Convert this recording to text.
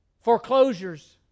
Foreclosures